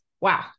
Wow